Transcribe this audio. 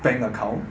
bank account